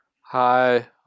hi